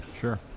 Sure